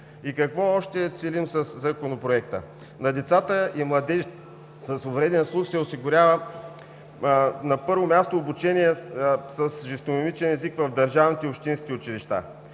Какво още целим със Законопроекта? На децата и младежите с увреден слух се осигурява на първо място обучение с жестомимичен език в държавните и общински училища;